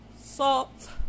salt